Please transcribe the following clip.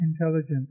intelligent